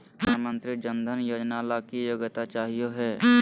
प्रधानमंत्री जन धन योजना ला की योग्यता चाहियो हे?